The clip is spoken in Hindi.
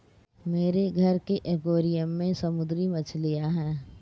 मेरे घर के एक्वैरियम में समुद्री मछलियां हैं